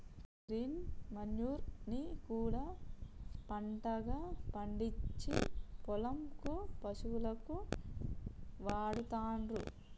green manure ని కూడా పంటగా పండిచ్చి పొలం కు పశువులకు వాడుతాండ్లు